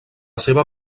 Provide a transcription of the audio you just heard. seva